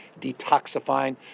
detoxifying